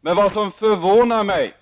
Men det förvånar mig